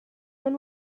even